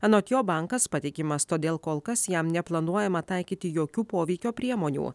anot jo bankas patikimas todėl kol kas jam neplanuojama taikyti jokių poveikio priemonių